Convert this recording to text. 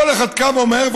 כל אחד קם ואומר,